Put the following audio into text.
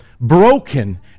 broken